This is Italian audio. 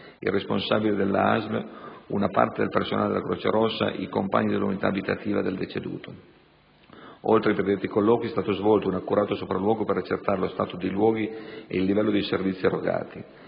il responsabile della ASL, una parte del personale della Croce Rossa, i compagni dell'unità abitativa del deceduto. Oltre ai predetti colloqui, è stato svolto un accurato sopralluogo per accertare lo stato dei luoghi ed il livello dei servizi erogati.